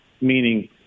Meaning